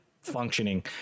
functioning